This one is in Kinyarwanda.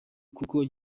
kuko